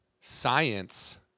science